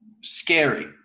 scary